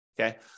okay